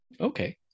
Okay